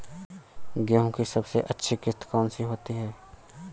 गेहूँ की सबसे अच्छी किश्त कौन सी होती है?